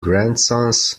grandsons